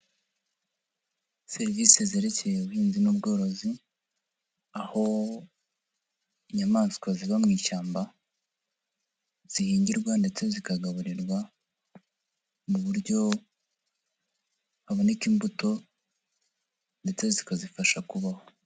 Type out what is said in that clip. Serivise zerekeye ubuhinzi n'ubworozi, aho inyamaswa ziba mu ishyamba, zihingirwa ndetse zikagaburirwa, mu buryo haboneka imbuto ndetse zikazifasha kubaho.